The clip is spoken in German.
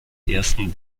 ersten